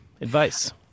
Advice